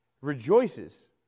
rejoices